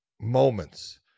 moments